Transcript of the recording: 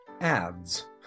ads